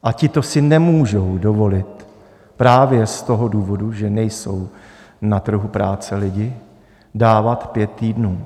A tito si nemůžou dovolit právě z toho důvodu, že nejsou na trhu práce lidi, dávat pět týdnů.